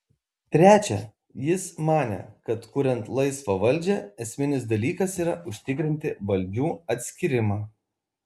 trečia jis manė kad kuriant laisvą valdžią esminis dalykas yra užtikrinti valdžių atskyrimą